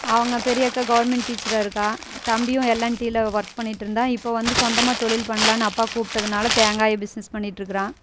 அவங்க பெரிய அக்கா கவுர்மெண்ட் டீச்சராக இருக்கா தம்பியும் எல்என்டில ஒர்க் பண்ணிவிட்டு இருந்தான் இப்போ வந்து சொந்தமாக தொழில் பண்ணலான்னு அப்பா கூப்ட்டதுனால தேங்காயை பிஸ்னஸ் பண்ணிகிட்டு இருக்குறான்